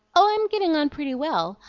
i'm getting on pretty well,